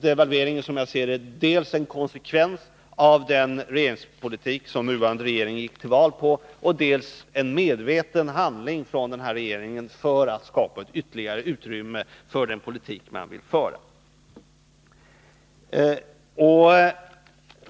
Devalveringen är, som jag ser det, dels en konsekvens av den regeringspolitik som nuvarande regering gick till val på, dels en medveten handling från den här regeringen för att skapa ytterligare utrymme för den politik man vill föra.